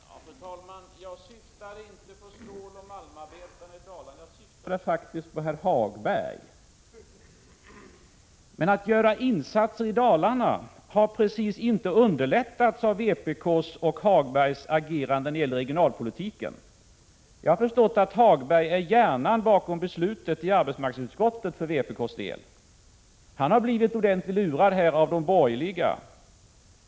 Fru talman! Jag syftade inte på ståloch malmarbetarna i Dalarna, utan jag syftade faktiskt på herr Hagberg. Men att göra insatser i Dalarna har inte precis underlättats av vpk:s och Lars-Ove Hagbergs agerande när det gäller regionalpolitiken. Jag har förstått att Lars-Ove Hagberg för vpk:s del är hjärnan bakom beslutet i arbetsmarknadsutskottet. Han har blivit ordentligt lurad av de borgerliga.